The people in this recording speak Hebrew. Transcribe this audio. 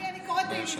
אני קוראת תהילים.